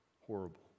Horrible